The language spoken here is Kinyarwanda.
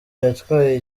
yatwaye